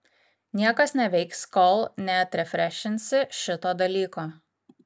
niekas neveiks kol neatrefrešinsi šito dalyko